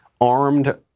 armed